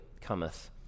cometh